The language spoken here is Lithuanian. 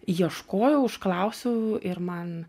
ieškojau užklausiau ir man